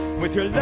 with your